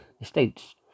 estates